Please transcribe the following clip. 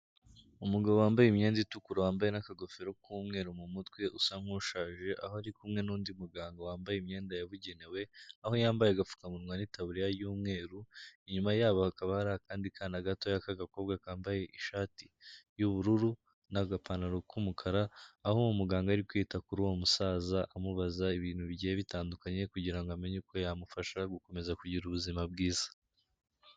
Umugabo wambaye imyenda itukura wambaye n'akagofero k'umweru mu mutwe, usa nk'ushaje, aho ari kumwe n'undi muganga wambaye imyenda yabugenewe, aho yambaye agapfukamunwa n'itaburiya y'umweru, inyuma yabo hakaba hari akandi kana gatoya k'agakobwa kambaye ishati y'ubururu n'agapantaro k'umukara, aho muganga ari kwita kuri uwo musaza amubaza ibintu bigiye bitandukanye, kugira amenye uko yamufasha gukomeza kugira ubuzima bwiza.